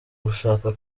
gushaka